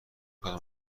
کدام